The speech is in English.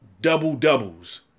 double-doubles